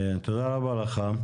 תודה רבה לך.